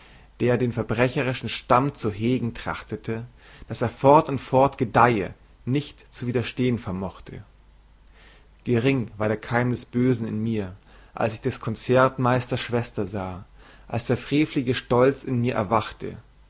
der den verbrecherischen stamm zu hegen trachtete daß er fort und fort gedeihe nicht zu widerstehen vermochte gering war der keim des bösen in mir als ich des konzertmeisters schwester sah als der frevelige stolz in mir erwachte